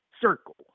circle